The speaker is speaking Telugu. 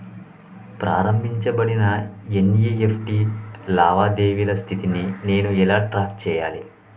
ప్రారంభించబడిన ఎన్.ఇ.ఎఫ్.టి లావాదేవీల స్థితిని నేను ఎలా ట్రాక్ చేయాలి?